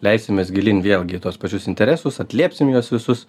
leisimės gilyn vėlgi į tuos pačius interesus atliepsim juos visus